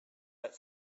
but